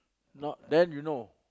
not then you know